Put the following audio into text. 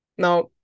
Now